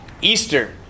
Easter